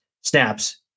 snaps